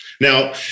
Now